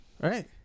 Right